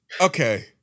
Okay